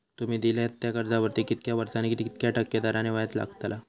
तुमि दिल्यात त्या कर्जावरती कितक्या वर्सानी कितक्या टक्के दराने व्याज लागतला?